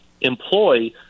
employ